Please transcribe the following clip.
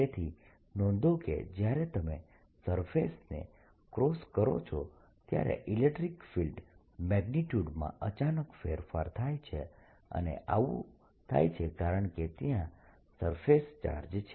તેથી નોંધો કે જ્યારે તમે સરફેસને ક્રોસ કરો છો ત્યારે ઇલેકટ્રીક ફિલ્ડ મેગ્નીટ્યૂડ માં અચાનક ફેરફાર થાય છે અને આવું થાય છે કારણકે ત્યાં સરફેસ ચાર્જ છે